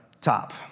top